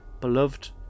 beloved